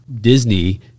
disney